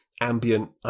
ambient